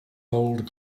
old